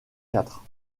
quatre